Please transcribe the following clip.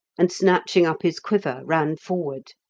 and snatching up his quiver ran forward.